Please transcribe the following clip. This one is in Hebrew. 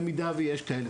במידה ויש כזה,